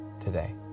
today